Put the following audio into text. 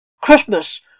Christmas